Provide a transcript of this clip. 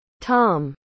Tom